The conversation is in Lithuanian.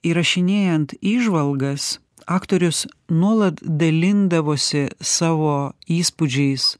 įrašinėjant įžvalgas aktorius nuolat dalindavosi savo įspūdžiais